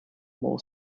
more